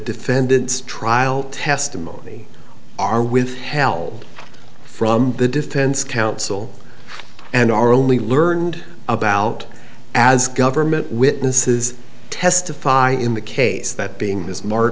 defendant's trial testimony are withheld from the defense counsel and are only learned about as government witnesses testify in the case that being ms mart